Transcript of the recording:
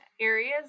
areas